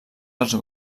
dels